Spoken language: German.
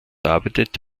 arbeitet